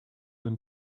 been